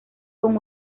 con